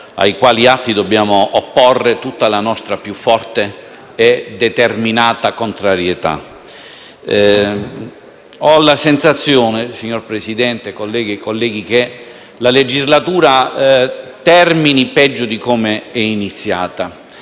ai quali dobbiamo opporre tutta la nostra più forte e determinata contrarietà. Ho la sensazione, signora Presidente, colleghe e colleghi, che la legislatura termini peggio di come è iniziata